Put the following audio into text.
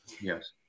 Yes